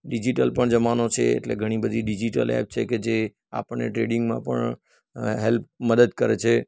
digital પણ જમાનો છે એટલે ઘણી બધી ડિજિટલ એપ છે જે કે આપણને ટ્રેડિંગમાં પણ હેલ્પ મદદ કરે છે